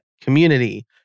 community